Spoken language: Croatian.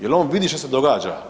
Je l' on vidi što se događa?